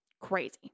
crazy